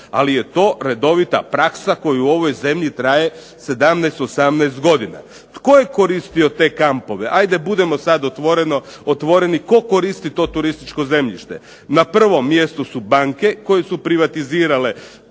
ali je to redovita praksa koja u ovoj zemlji traje 17, 18 godina. Tko je koristio te kampove. Ajde budimo sada otvoreni, tko koristi to turističko zemljište? Na prvom mjestu su banke koje su privatizirale